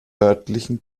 örtlichen